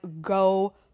go